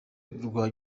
rwa